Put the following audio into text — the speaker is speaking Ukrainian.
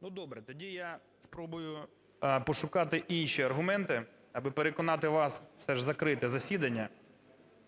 Ну, добре, тоді я спробую пошукати інші аргументи, аби переконати вас все ж закрити засідання